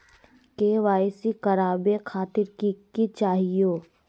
KYC करवावे खातीर कि कि चाहियो?